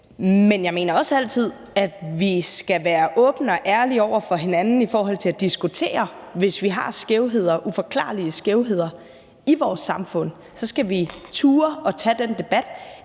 men jeg mener også altid, at vi skal være åbne og ærlige over for hinanden i forhold til at diskutere det, hvis vi har skævheder, uforklarlige skævheder, i vores samfund. Så skal vi turde tage den debat,